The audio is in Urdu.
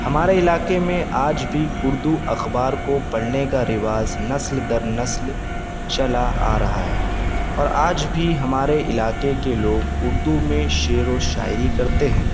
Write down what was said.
ہمارے علاقے میں آج بھی اردو اخبار کو پڑھنے کا رواج نسل در نسل چلا آ رہا ہے اور آج بھی ہمارے علاقے کے لوگ اردو میں شعر و شاعری کرتے ہیں